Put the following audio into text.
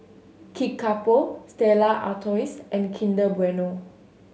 Kickapoo Stella Artois and Kinder Bueno